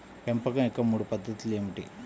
పెంపకం యొక్క మూడు పద్ధతులు ఏమిటీ?